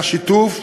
היה שיתוף,